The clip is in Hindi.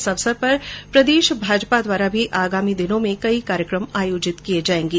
इस अवसर पर प्रदेश भाजपा द्वारा भी आगामी दिनों में कई कार्यक्रम आयोजित किए जाएंगे